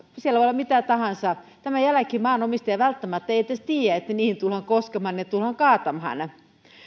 siellä voi olla mitä tahansa ja tämän jälkeen maanomistaja ei välttämättä edes tiedä että niihin tullaan koskemaan ne tullaan kaatamaan nämä